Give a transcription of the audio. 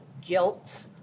guilt